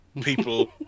people